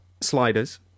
sliders